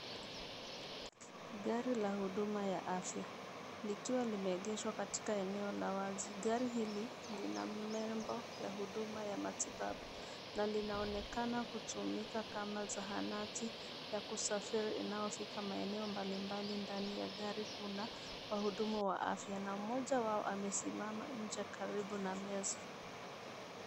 Gari la huduma ya afya, likiwa limeegeshwa katika eneo la wazi. Gari hili lina nembo ya huduma ya matibabu na linaonekana kutumika kama zahanati ya kusafiri inayofika maeneo mbalimbali ndani ya gari kuu na wahudumu wa afya na mmoja wao amesimama nje karibu na meza.